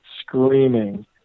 screaming